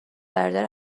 برادر